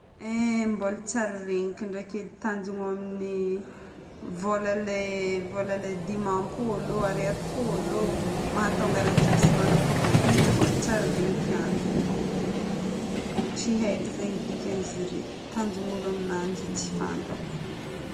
Eeh, mbola tsy ary reniko ndraiky tanjono amin'ny vôla ilay- vôla ilay dimampolo, ariary folo, mahatônga ananjy misy marokoroko ie mbola tsy ary reniko antony. Tsy haiko zegny dikan'ny zare. Tanjon'olo aminanjy tsy fantako.